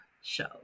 show